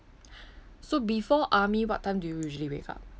so before army what time do you usually wake up